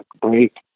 break